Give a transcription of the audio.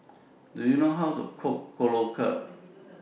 Do YOU know How to Cook Korokke